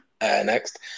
next